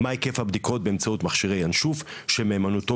מה היקף הבדיקות במכשירי ינשוף שמהימנותו